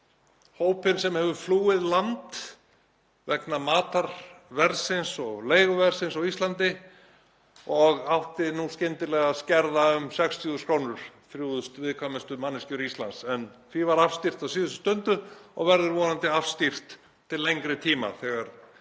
hópinn sem hefur flúið land vegna matarverðsins og leiguverðsins á Íslandi og átti nú skyndilega að skerða um 60.000 kr., 3.000 viðkvæmustu manneskjur Íslands, en því var afstýrt á síðustu stundu og verður vonandi afstýrt til lengri tíma þegar